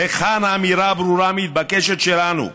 היכן האמירה הברורה, המתבקשת, שלנו?